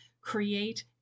create